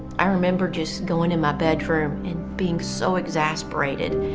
i remember just going in my bedroom, and being so exasperated.